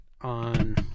on